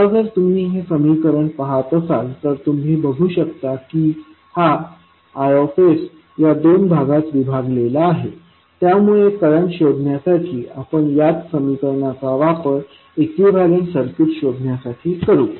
आता जर तुम्ही हे समीकरण पहात असाल तर तुम्ही बघू शकता की हा I या दोन भागात विभागलेला आहे त्यामुळे करंट शोधण्यासाठी आपण याच समीकरणाचा वापर इक्विवलेंट सर्किट शोधण्यासाठी करू